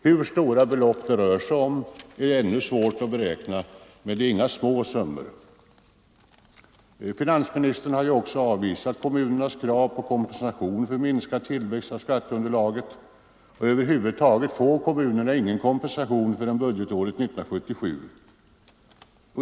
Hur stora belopp det rör sig om är ännu svårt att beräkna, men det är inga små summor. Finansministern har avvisat kommunernas krav på kompensation för minskad tillväxt av skatteunderlaget. Över huvud taget får kommunerna ingen kompensation förrän budgetåret 1977.